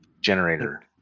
generator